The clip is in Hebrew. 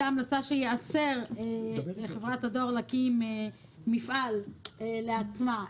שייאסר על חברת הדואר להקים בית דפוס לעצמה.